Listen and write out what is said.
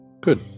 Good